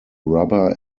rubber